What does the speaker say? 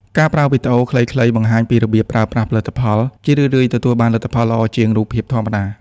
ការប្រើវីដេអូខ្លីៗបង្ហាញពីរបៀបប្រើប្រាស់ផលិតផល ជារឿយៗទទួលបានលទ្ធផលល្អជាងរូបភាពធម្មតា។